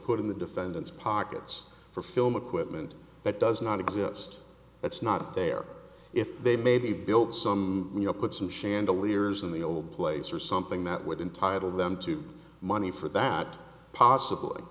put in the defendant's pockets for film equipment that does not exist that's not there if they maybe built some you know put some chandelier in the old place or something that would entitle them to money for that not possibl